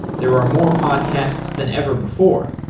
there are more podcasts than ever before,